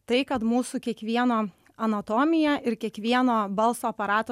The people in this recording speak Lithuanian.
tai kad mūsų kiekvieno anatomiją ir kiekvieno balso aparatą